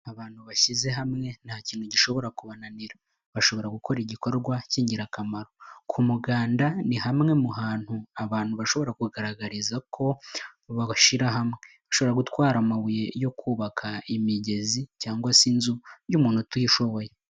Abantu bashyize hamwe nta kintu gishobora kubananira, bashobora gukora igikorwa cy'ingirakamaro, ku muganda ni hamwe mu hantu abantu bashobora kugaragariza ko babashyira hamwe, bashobora gutwara amabuye yo kubaka imigezi cyangwa se inzu y'umuntu utishoboye.